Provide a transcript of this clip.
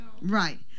Right